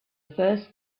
first